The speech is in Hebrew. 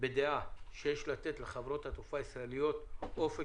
בדעה שיש לתת לחברות התעופה הישראליות אופק